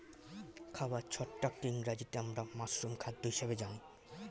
খাবার ছত্রাককে ইংরেজিতে আমরা মাশরুম খাদ্য হিসেবে জানি